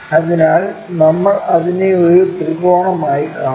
അതിനാൽ നമ്മൾ അതിനെ ഒരു ത്രികോണമായി കാണും